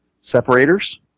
separators